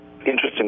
Interesting